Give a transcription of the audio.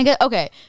Okay